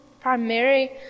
primary